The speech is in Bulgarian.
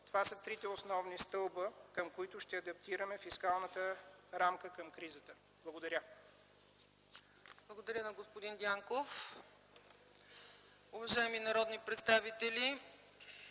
Това са трите основни стълба, към които ще адаптираме фискалната рамка към кризата. Благодаря. ПРЕДСЕДАТЕЛ ЦЕЦКА ЦАЧЕВА: Благодаря на господин Дянков. Уважаеми народни представители,